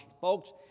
Folks